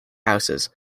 houses